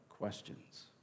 questions